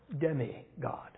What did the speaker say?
demi-God